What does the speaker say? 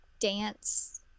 dance